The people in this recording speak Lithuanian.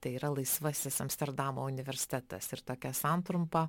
tai yra laisvasis amsterdamo universitetas ir tokia santrumpa